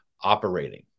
operating